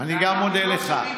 אני גם מודה לך.